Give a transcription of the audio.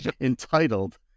entitled